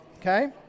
okay